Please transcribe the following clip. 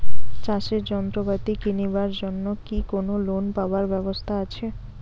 চাষের যন্ত্রপাতি কিনিবার জন্য কি কোনো লোন পাবার ব্যবস্থা আসে?